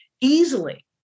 easily